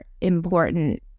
important